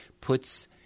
puts